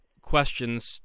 questions